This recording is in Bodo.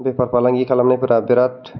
बेफारफालांगि खालामनायफोरा बिराद